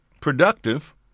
productive